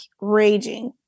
raging